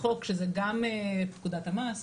החוק שזה גם פקודת המס,